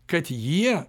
kad jie